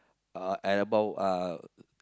uh at about uh